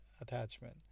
attachment